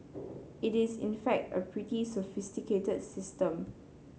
it is in fact a pretty sophisticated system